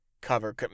cover